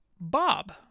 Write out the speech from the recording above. Bob